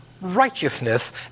righteousness